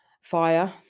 fire